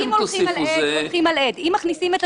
אם הולכים על עד הולכים על עד אם הולכים על